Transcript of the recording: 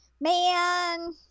Man